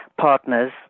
partners